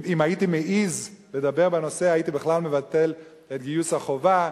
אם הייתי מעז לדבר בנושא הייתי בכלל מבטל את גיוס החובה,